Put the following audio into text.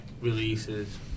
releases